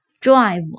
drive